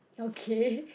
okay